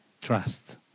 trust